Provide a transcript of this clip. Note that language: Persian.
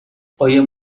قایم